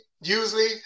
usually